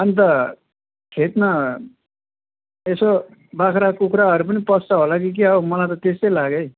अन्त खेतमा यसो बाख्रा कुखुराहरू पनि पस्छ होला कि क्या हो मलाई त त्यस्तै लाग्यो है